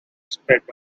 sped